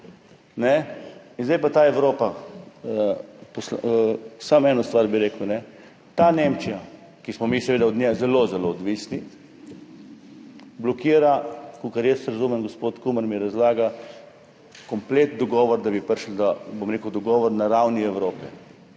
In zdaj pa ta Evropa, samo eno stvar bi rekel. Ta Nemčija, od katere smo mi seveda zelo, zelo odvisni, blokira, kolikor jaz razumem, gospod Kumer mi razlaga, komplet dogovor, da bi prišli do dogovora na ravni Evrope.